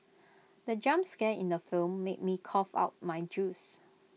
the jump scare in the film made me cough out my juice